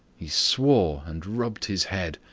he swore and rubbed his head.